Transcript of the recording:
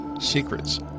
secrets